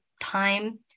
time